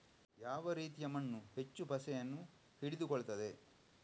ಯಾವ ರೀತಿಯ ಮಣ್ಣು ಹೆಚ್ಚು ಪಸೆಯನ್ನು ಹಿಡಿದುಕೊಳ್ತದೆ?